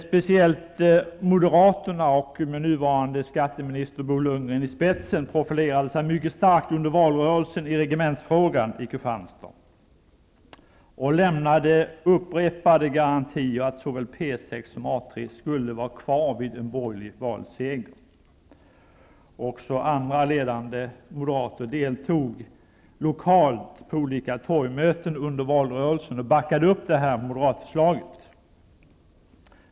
Speciellt Moderaterna, med nuvarande skatteminister Bo Lundgren i spetsen, profilerade sig mycket starkt i frågan om regementet i Kristianstad under valrörelsen och lämnade upprepade garantier för att såväl P 6 som A 3 skulle få vara kvar vid en borgerlig valseger. Också andra ledande moderater deltog lokalt på torgmöten under valrörelsen och backade upp det moderata förslaget.